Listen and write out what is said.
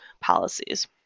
policies